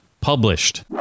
published